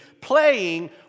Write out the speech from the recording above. playing